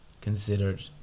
considered